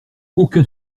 aucun